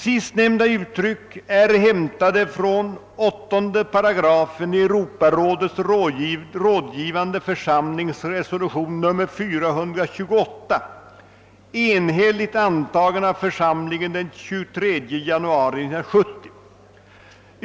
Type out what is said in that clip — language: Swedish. Sistnämnda uttryck är hämtade från 88 i Europarådets rådgivande församlings resolution nr 428, enhälligt anta gen av församlingen den 23 januari 1970.